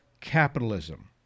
capitalism